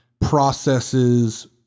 processes